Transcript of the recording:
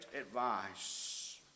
advice